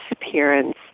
disappearance